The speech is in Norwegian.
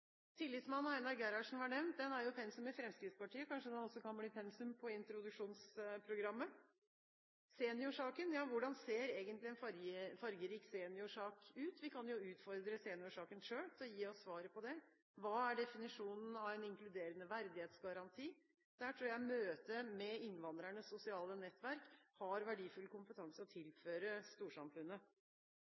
Tillitsmannen av Einar Gerhardsen var nevnt. Boken er jo pensum i Fremskrittspartiet. Kanskje den også kan bli pensum på introduksjonsprogrammet? Når det gjelder Seniorsaken: Hvordan ser egentlig en fargerik seniorsak ut? Vi kan jo utfordre Seniorsaken selv til å gi oss svaret på det. Hva er definisjonen på en inkluderende verdighetsgaranti? Der tror jeg møtet med innvandrernes sosiale nettverk har verdifull kompetanse å tilføre storsamfunnet.